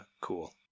Cool